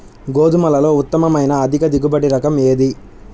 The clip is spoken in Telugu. గోధుమలలో ఉత్తమమైన అధిక దిగుబడి రకం ఏది?